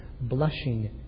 Blushing